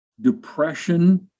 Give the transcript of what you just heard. depression